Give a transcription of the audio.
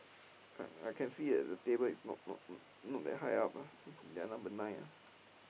I I can see that the table is not not not that high up ah then number nine ah